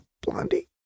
Blondie